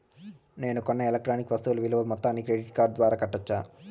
నేను కొన్న ఎలక్ట్రానిక్ వస్తువుల విలువ మొత్తాన్ని క్రెడిట్ కార్డు ద్వారా కట్టొచ్చా?